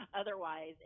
Otherwise